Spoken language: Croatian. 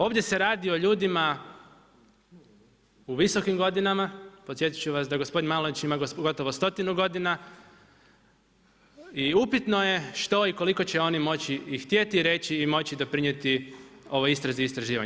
Ovdje se radi o ljudima u visokim godinama, podsjetiti ću vas da gospodin Manolić ima gotovo stotinu godina i upitno je što i koliko će oni moći i htjeti reći i moći doprinijeti ovoj istrazi i istraživanju.